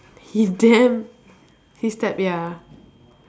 he damn his type ya